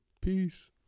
Peace